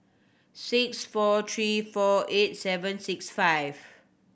six four three four eight seven six five